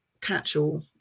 catch-all